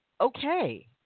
okay